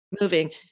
moving